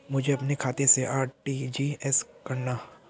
मुझे अपने खाते से आर.टी.जी.एस करना?